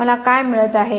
मला काय मिळत आहे